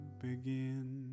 Begin